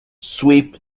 sweep